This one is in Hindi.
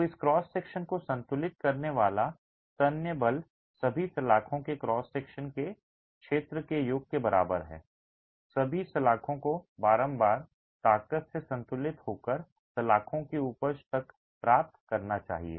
तो इस क्रॉस सेक्शन को संतुलित करने वाला तन्य बल सभी सलाखों के क्रॉस सेक्शन के क्षेत्र के योग के बराबर है सभी सलाखों को बारंबार ताकत से संतुलित होकर सलाखों की उपज ताकत में प्राप्त करना चाहिए